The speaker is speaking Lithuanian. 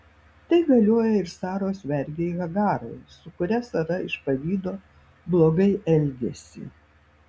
tai galioja ir saros vergei hagarai su kuria sara iš pavydo blogai elgėsi